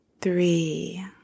three